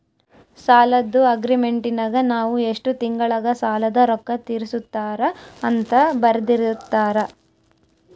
ಸಾಲದ್ದು ಅಗ್ರೀಮೆಂಟಿನಗ ನಾವು ಎಷ್ಟು ತಿಂಗಳಗ ಸಾಲದ ರೊಕ್ಕ ತೀರಿಸುತ್ತಾರ ಅಂತ ಬರೆರ್ದಿರುತ್ತಾರ